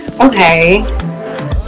okay